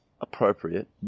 appropriate